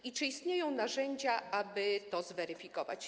I czy istnieją narzędzia, aby to zweryfikować?